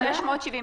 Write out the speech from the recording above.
בתוך ה-1,670,